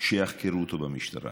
שיחקרו אותו במשטרה.